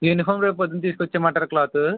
uniform రేపు పొద్దున్న తీసుకుని వచ్చేయమంటారా క్లాతు